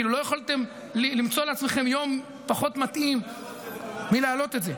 לא יכולתם למצוא לעצמכם יום פחות מתאים להעלות את זה.